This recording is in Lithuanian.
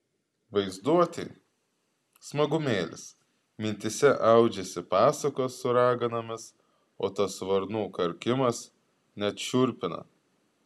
vaizduotei smagumėlis mintyse audžiasi pasakos su raganomis o tas varnų karkimas net šiurpina